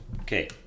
okay